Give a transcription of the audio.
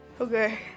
Okay